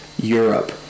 Europe